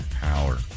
power